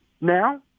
Now